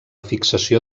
fixació